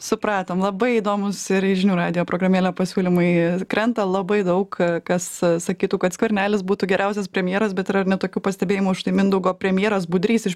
supratom labai įdomūs ir į žinių radijo programėlę pasiūlymai krenta labai daug kas sakytų kad skvernelis būtų geriausias premjeras bet yra ar ne tokių pastebėjimų štai mindaugo premjeras budrys iš